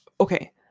okay